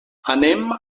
anem